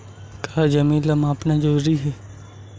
का जमीन ला मापना जरूरी हे?